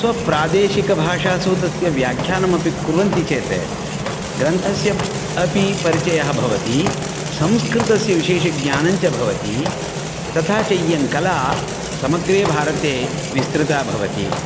स्वप्रादेशिकभाषासु तस्य व्याख्यानमपि कुर्वन्ति चेत् ग्रन्थस्य अपि परिचयः भवति संस्कृतस्य विशेषज्ञानञ्च भवति तथा च इयं कला समग्रे भारते विस्तृता भवति